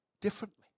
differently